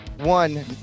one